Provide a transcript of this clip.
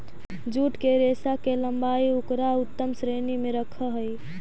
jute के रेशा के लम्बाई उकरा उत्तम श्रेणी में रखऽ हई